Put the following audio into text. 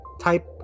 type